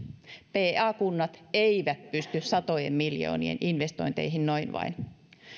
peeaa kunnat eivät pysty satojen miljoonien investointeihin noin vain